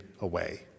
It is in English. away